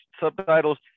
subtitles